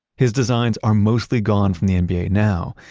his designs are mostly gone from the nba now,